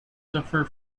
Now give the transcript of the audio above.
suffer